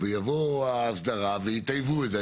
ויבואו מהאסדרה ויטייבו את זה,